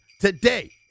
today